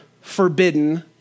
forbidden